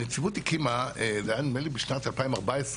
הנציבות הקימה, זה היה נדמה לי בשנת 2014,